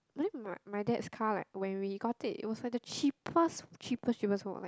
then my my dad's car like when we got it it was when the cheapest cheapest one like